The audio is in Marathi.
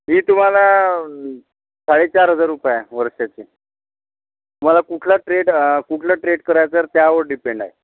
फी तुम्हाला साडेचार हजार रूपये आहे वर्षाची तुम्हाला कुठला ट्रेड कुठला ट्रेट करायचा आहे त्यावर डिपेन्ड आहे